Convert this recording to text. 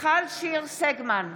מיכל שיר סגמן,